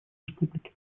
республики